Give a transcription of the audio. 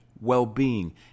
well-being